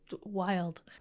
wild